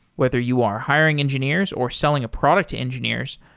whether you are hiring engineers or selling a product to engineers,